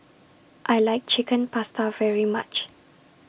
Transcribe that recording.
I like Chicken Pasta very much